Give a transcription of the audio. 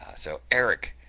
ah so, eric,